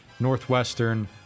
Northwestern